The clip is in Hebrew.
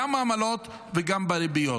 גם בעמלות וגם בריביות.